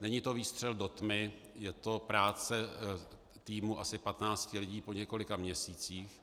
Není to výstřel do tmy, je to práce týmu asi patnácti lidí po několika měsících.